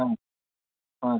ಹಾಂ ಹಾಂ